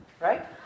Right